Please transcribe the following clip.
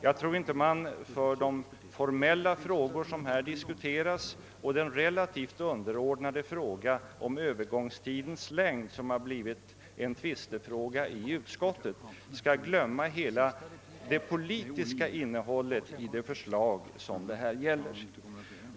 Jag tror inte att man för de formella frågor vi här diskuterar och för den relativt underordnade frågan om Öövergångstidens längd, som har blivit en tvistefråga i utskottet, skall glömma det politiska innehållet i regeringens förslag.